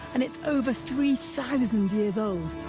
and it's over three thousand years old.